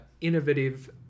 innovative